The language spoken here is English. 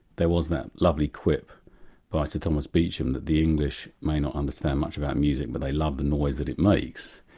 there was that lovely quip by sir thomas beecham that the english may not understand much about music but they love the noise that it makes.